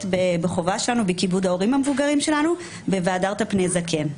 בחובה שלנו בכיבוד ההורים המבוגרים שלנו וב'והדרת פני זקן'.